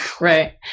Right